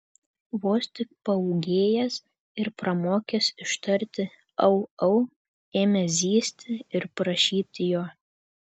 vos tik paūgėjęs ir pramokęs ištarti au au ėmė zyzti ir prašyti jo